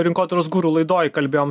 rinkodaros guru laidoj kalbėjom